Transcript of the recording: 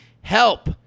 Help